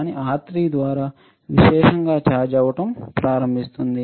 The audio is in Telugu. కానీ R3 ద్వారా విశేషంగా ఛార్జ్ అవ్వడం ప్రారంభిస్తుంది